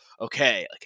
okay